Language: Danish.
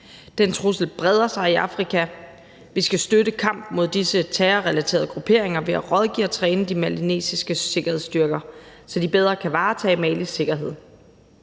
Den trussel breder sig i Afrika, og vi skal støtte kampen mod disse terrorrelaterede grupperinger ved at rådgive og træne de maliske sikkerhedsstyrker, så de bedre kan varetage Malis sikkerhed.